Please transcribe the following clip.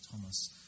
Thomas